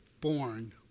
born